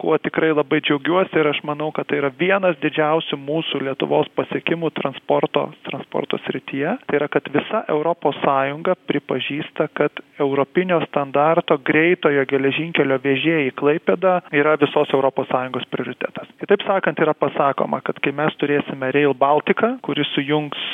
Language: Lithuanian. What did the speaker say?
kuo tikrai labai džiaugiuosi ir aš manau kad tai yra vienas didžiausių mūsų lietuvos pasiekimų transporto transporto srityje tai yra kad visa europos sąjunga pripažįsta kad europinio standarto greitojo geležinkelio vėžėjai klaipėda yra visos europos sąjungos prioritetas kitaip sakant yra pasakoma kad kai mes turėtumėme reil baltika kuris sujungs